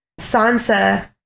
Sansa